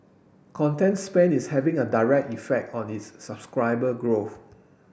content spend is having a direct effect on its subscriber growth